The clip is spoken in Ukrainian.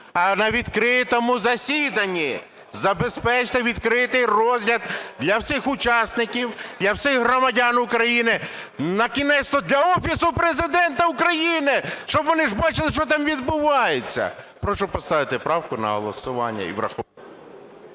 а на відкритому засіданні. Забезпечте відкритий розгляд для всіх учасників, для всіх громадян України, накінець-то для Офісу Президента України, щоб вони ж бачили, що там відбувається. Прошу поставити правку на голосування і врахувати.